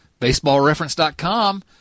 baseballreference.com